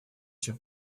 чем